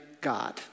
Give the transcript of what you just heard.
God